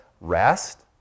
rest